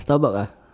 Starbucks uh